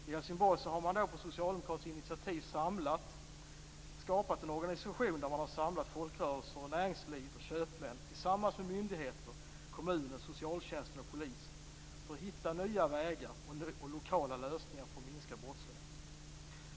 I Helsingborg har man på socialdemokratiskt initiativ skapat en organisation där man har samlat folkrörelser, näringsliv och köpmän tillsammans med myndigheter, kommuner socialtjänst och polis för att hitta nya vägar och lokala lösningar för att minska brottsligheten.